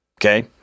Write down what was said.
okay